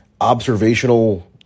observational